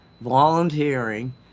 volunteering